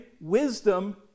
wisdom